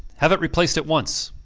have it replaced at once.